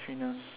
kind of